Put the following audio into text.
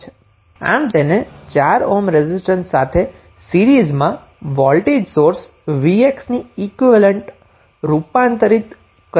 આમ તેને 4 ohm resistance સાથે સીરીઝમાં વોલ્ટેજ સોર્સ vx ની ઈક્વીવેલેન્ટ રૂપાંતરિત કરી શકાય છે